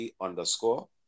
underscore